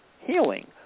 healing